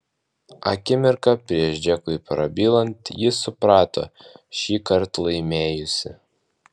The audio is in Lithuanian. akimirką prieš džekui prabylant ji suprato šįkart laimėjusi